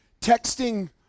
texting